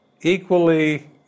equally